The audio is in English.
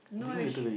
no sh~